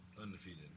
undefeated